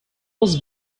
was